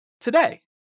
today